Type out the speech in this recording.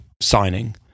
signing